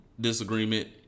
Disagreement